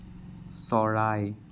চৰাই